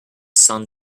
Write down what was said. sun